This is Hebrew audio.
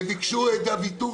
זה מה שאתה רוצה להגיד.